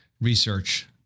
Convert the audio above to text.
research